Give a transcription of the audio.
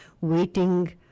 waiting